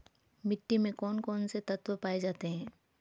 मिट्टी में कौन कौन से तत्व पाए जाते हैं?